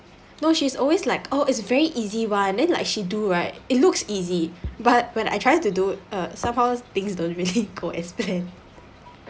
no she's always like oh is very easy [one] then like she do right it looks easy but when I try to do uh somehow things don't really go as plan